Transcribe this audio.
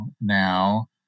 now